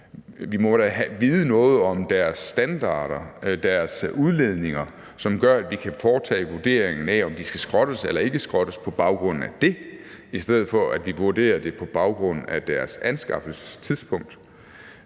Vi må da vide noget om deres standarder, deres udledninger, som gør, at vi kan foretage vurderingen af, om de skal skrottes eller ikke skrottes, på baggrund af det, i stedet for at vi vurderer det på baggrund af deres anskaffelsestidspunkt.